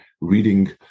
reading